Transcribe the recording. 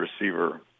receiver